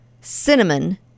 cinnamon